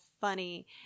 funny